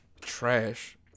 trash